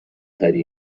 خری